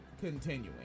continuing